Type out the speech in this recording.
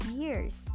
years